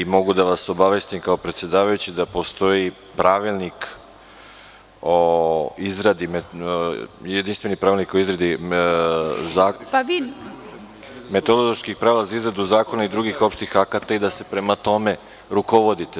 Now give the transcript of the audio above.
Mogu da vas obavestim kao predsedavajući da postoji jedinstveni pravilnik metodološki prava za izradu zakona i drugih opštih akata i da se prema tome rukovodite.